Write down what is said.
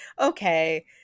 Okay